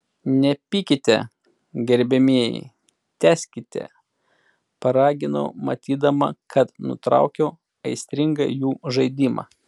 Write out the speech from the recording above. nepykite gerbiamieji tęskite paraginau matydama kad nutraukiau aistringą jų žaidimą